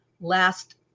last